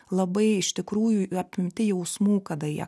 labai iš tikrųjų apimti jausmų kada jie